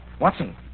Watson